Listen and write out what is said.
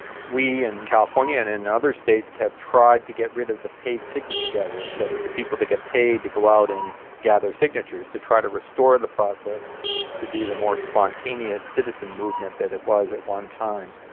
we in california and in and other states have tried to get rid of the paid signature gatherers, that is the people that get paid to go out and gather signatures, to try to restore the process to be the more spontaneous citizen movement that it was at one time.